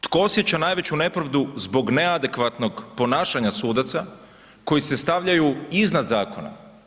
Tko osjeća najveću nepravdu zbog neadekvatnog ponašanja sudaca koji se stavljaju izvan zakona?